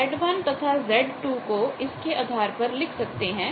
तो अब आप अपने Z1 तथा Z2 को इसके आधार पर लिख सकते हैं